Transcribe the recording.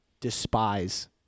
despise